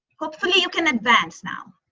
hopefully you can advance now.